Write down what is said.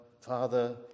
Father